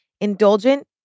Indulgent